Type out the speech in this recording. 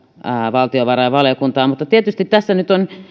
valtiovarainvaliokuntaan tässä nyt on